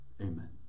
Amen